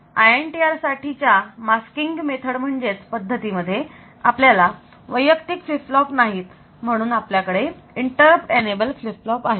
INTR साठी च्या masking पद्धती मध्ये आपल्याकडे स्वतंत्र फ्लीप फ्लॉप नाहीत म्हणून आपल्याकडे इंटरप्ट एनेबल फ्लीप फ्लॉप आहेत